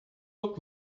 look